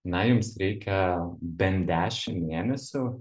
na jums reikia bent dešim mėnesių